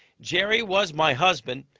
jerry was my husband.